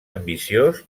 ambiciós